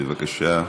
בבקשה.